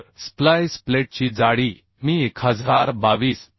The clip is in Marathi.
तर स्प्लाइस प्लेटची जाडी मी 1022